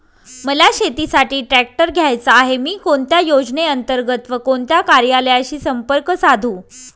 मला शेतीसाठी ट्रॅक्टर घ्यायचा आहे, मी कोणत्या योजने अंतर्गत व कोणत्या कार्यालयाशी संपर्क साधू?